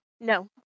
No